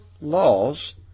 laws